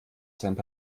seinen